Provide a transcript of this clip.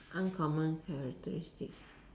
uncommon characteristics ah